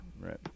right